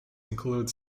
include